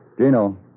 Gino